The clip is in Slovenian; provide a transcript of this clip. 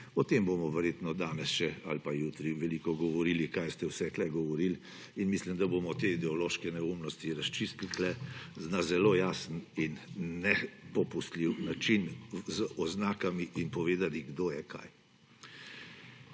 O tem bomo verjetno danes ali pa jutri še veliko govorili, kaj ste vse tu govorili. Mislim, da bomo te ideološke neumnosti razčistili tu na zelo jasen in nepopustljiv način, z oznakami in povedali, kdo je kaj.